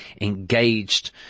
engaged